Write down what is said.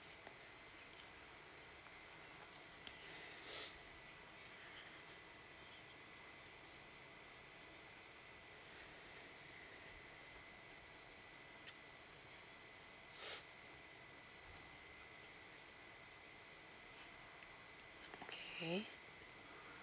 okay